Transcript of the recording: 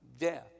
death